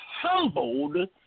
humbled